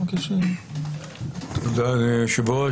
תודה ליושב-ראש.